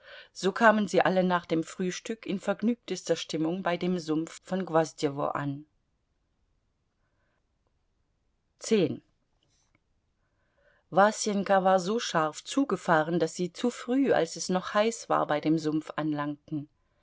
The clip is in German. so kamen sie alle nach dem frühstück in vergnügtester stimmung bei dem sumpf von gwosdjewo an fußnoten frz guter appetit gutes gewissen frz dieses huhn wird mir bis in meine stiefel fallen wasenka war so scharf zugefahren daß sie zu früh als es noch heiß war bei dem sumpf anlangten